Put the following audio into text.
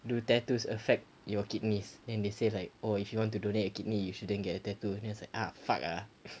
do tattoos affect your kidneys then they said like oh if you want to donate a kidney you shouldn't get a tattoo then I was like ah fuck ah